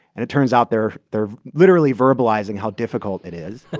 and it turns out they're they're literally verbalizing how difficult it is